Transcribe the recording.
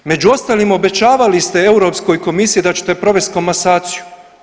Među ostalim obećavali ste Europskoj komisiji da ćete provesti komasaciju.